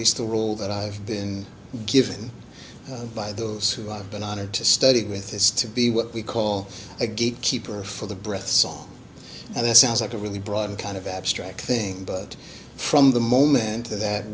least the role that i've been given by those who i've been honored to study with is to be what we call a gate keeper for the breath song and it sounds like a really broad kind of abstract thing but from the moment that